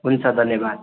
हुन्छ धन्यवाद